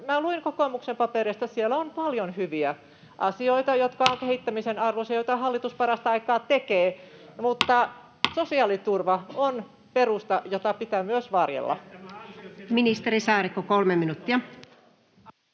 Luin kokoomuksen paperista, että siellä on paljon hyviä asioita, jotka ovat kehittämisen arvoisia ja joita hallitus parasta aikaa tekee, [Ben Zyskowicz: Hyvä!] mutta sosiaaliturva on perusta, jota pitää myös varjella. Ministeri Saarikko, 3 minuuttia.